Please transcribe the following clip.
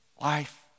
Life